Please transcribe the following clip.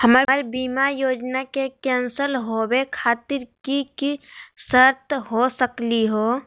हमर बीमा योजना के कैन्सल होवे खातिर कि कि शर्त हो सकली हो?